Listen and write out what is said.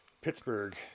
Pittsburgh –